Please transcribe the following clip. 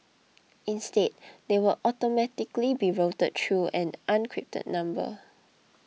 instead they will automatically be routed through an encrypted number